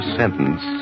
sentence